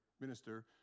minister